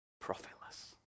profitless